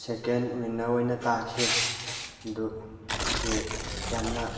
ꯁꯦꯀꯦꯟ winner ꯑꯣꯏꯅ ꯇꯥꯈꯤ ꯑꯗꯨ ꯒꯤ ꯌꯥꯝꯅ